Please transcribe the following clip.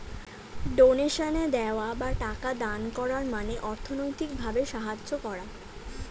ডোনেশনে দেওয়া বা টাকা দান করার মানে অর্থনৈতিক ভাবে সাহায্য করা